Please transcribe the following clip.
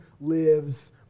lives